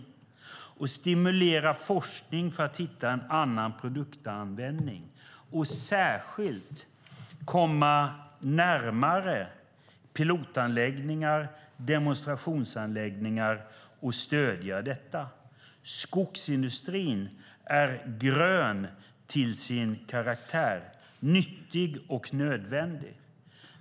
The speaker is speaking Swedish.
Vi behöver stimulera forskning för att hitta en annan produktanvändning och särskilt komma närmare pilotanläggningar och demonstrationsanläggningar och stödja detta. Skogsindustrin är grön till sin karaktär, nyttig och nödvändig.